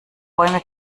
bäume